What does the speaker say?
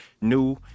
new